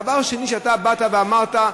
דבר שני שאתה באת ואמרת: